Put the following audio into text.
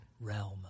realm